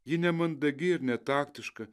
ji nemandagi ir netaktiška